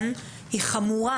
היא חמורה.